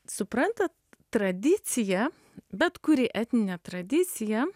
suprantat tradicija bet kuri etninė tradicija